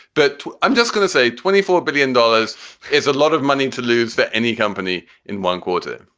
but i'm just going to say. twenty four billion dollars is a lot of money to lose that any company in one quarter,